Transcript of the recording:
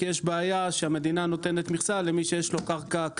כי המדינה נותנת מכסה למי שיש לו קרקע כדין,